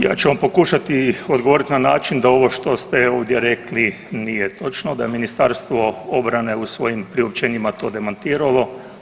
Ja ću vam pokušati odgovoriti na način da ovo što ste ovdje rekli nije točno, da je Ministarstvo obrane u svojim priopćenjima to demantiralo.